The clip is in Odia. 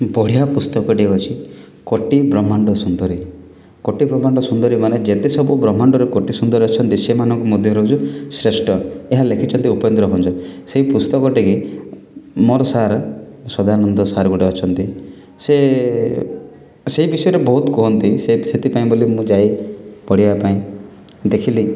ବଢ଼ିଆ ପୁସ୍ତକଟେ ଅଛି କୋଟି ବ୍ରହ୍ମାଣ୍ଡ ସୁନ୍ଦରୀ କୋଟି ବ୍ରହ୍ମାଣ୍ଡ ସୁନ୍ଦରୀ ମାନେ ଯେତେ ସବୁ ବ୍ରହ୍ମାଣ୍ଡରେ କୋଟିସୁନ୍ଦରୀ ଅଛନ୍ତି ସେମାନଙ୍କ ମଧ୍ୟରୁ ହେଉଛି ଶ୍ରେଷ୍ଟ ଏହା ଲେଖିଛନ୍ତି ଉପେନ୍ଦ୍ର ଭଞ୍ଜ ସେଇ ପୁସ୍ତକଟି ମୋର ସାର୍ ସଦାନନ୍ଦ ସାର୍ ଗୋଟେ ଅଛନ୍ତି ସେ ସେଇ ବିଷୟରେ ବହୁତ କହନ୍ତି ସେ ସେଥିପାଇଁ ବୋଲି ମୁଁ ଯାଏ ପଢ଼ିବାପାଇଁ ଦେଖିଲି